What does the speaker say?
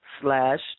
slash